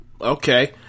okay